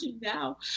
now